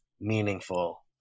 meaningful